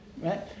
right